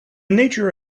nature